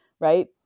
right